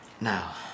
Now